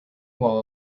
wall